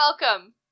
welcome